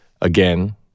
again